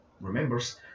remembers